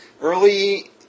Early